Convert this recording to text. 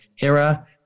era